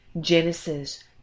Genesis